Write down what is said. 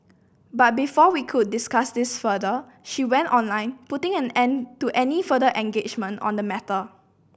but before we could discuss this further she went online putting an end to any further engagement on the matter